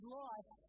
life